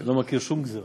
לא מכיר שום גזירה.